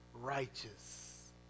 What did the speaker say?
righteous